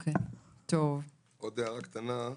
עוד הערה קטנה.